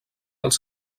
els